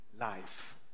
life